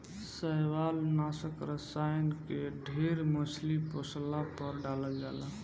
शैवालनाशक रसायन के ढेर मछली पोसला पर डालल जाला